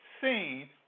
seen